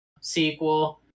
sequel